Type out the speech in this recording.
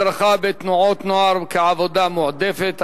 הדרכה בתנועות נוער כעבודה מועדפת),